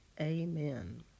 amen